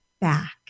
back